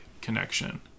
connection